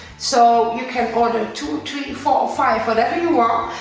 so, you can order two, three, four, five, whatever you want.